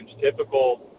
typical